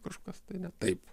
kažkas tai ne taip